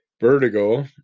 Vertigo